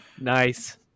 Nice